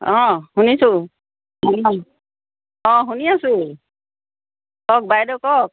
অঁ শুনিছোঁ অঁ অঁ শুনি আছোঁ কওক বাইদেউ কওক